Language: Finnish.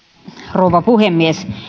rouva puhemies